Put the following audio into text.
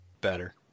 better